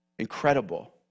incredible